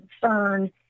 concern